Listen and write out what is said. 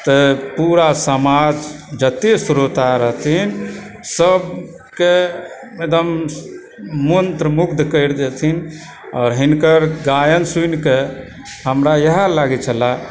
तऽ पूरा समाज जतए स्रोता रहथिन सभकें एकदम मंत्रमुग्ध करि देथिन आओर हिनकर गायन सुनिके हमरा इएह लागै छलय